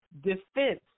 defense